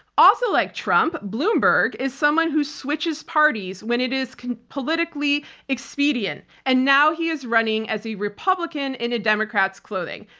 also, like trump, bloomberg is someone who switches parties when it is politically expedient and now he is running as a republican in a democrat's clothing.